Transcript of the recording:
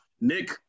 Nick